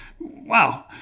wow